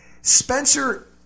Spencer